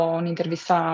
un'intervista